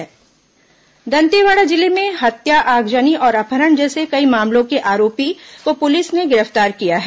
नक्सल आरोपी गिरफ्तार दंतेवाड़ा जिले में हत्या आगजनी और अपहरण जैसे कई मामलों के आरोपी को पुलिस ने गिरफ्तार किया है